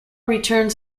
returns